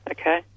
Okay